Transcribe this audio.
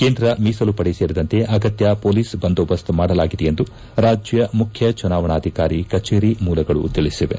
ಕೇಂದ್ರ ಮೀಸಲು ಪಡೆ ಸೇರಿದಂತೆ ಅಗತ್ಯ ಮೊಲೀಸ್ ಬಂದೋಬಸ್ತ್ ಮಾಡಲಾಗಿದೆ ಎಂದು ರಾಜ್ಯ ಮುಖ್ಯ ಚುನಾವಣಾಧಿಕಾರಿ ಕಚೇರಿ ಮೂಲಗಳು ತಿಳಿಸಿವೆ